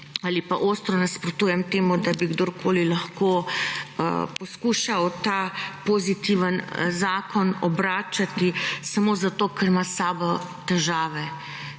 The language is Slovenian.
ali pa ostro nasprotujem temu, da bi kdorkoli lahko poskušal ta pozitiven zakon obračati samo zato, ker ima s sabo težave.